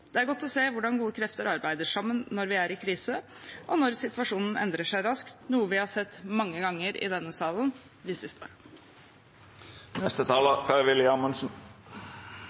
Det er godt å se hvordan gode krefter arbeider sammen når vi er i krise, og når situasjonen endrer seg raskt, noe vi har sett mange ganger i denne salen i det siste.